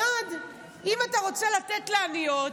אחת, אם אתה רוצה לתת לעניות,